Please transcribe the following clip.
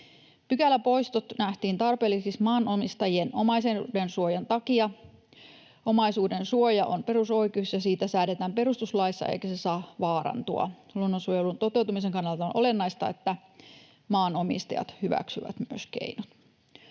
Pykäläpoistot nähtiin tarpeellisiksi maanomistajien omaisuudensuojan takia. Omaisuudensuoja on perusoikeus, ja siitä säädetään perustuslaissa, eikä se saa vaarantua. Luonnonsuojelun toteutumisen kannalta on olennaista, että maanomistajat hyväksyvät myös keinot.